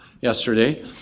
yesterday